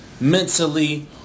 mentally